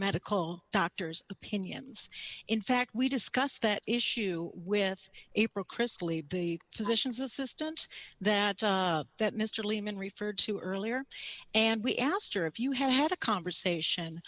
medical doctors opinions in fact we discuss that issue with april christlieb the physician's assistant that that mister lehman referred to earlier and we asked her if you had had a conversation